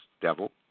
devil